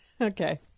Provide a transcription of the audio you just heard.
Okay